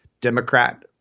Democrat